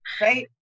right